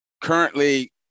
currently